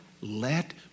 let